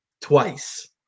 twice